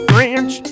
French